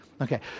Okay